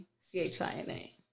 C-H-I-N-A